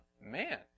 man